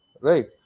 Right